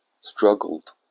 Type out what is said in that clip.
struggled